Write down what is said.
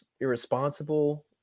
irresponsible